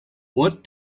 what